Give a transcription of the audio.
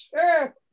sure